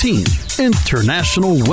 International